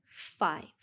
five